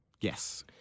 Yes